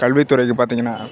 கல்வித்துறையில் பார்த்திங்கன்னா